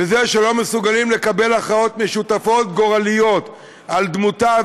וזה שלא מסוגלים לקבל הכרעות משותפות גורליות על דמותה,